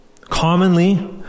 Commonly